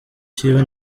ciwe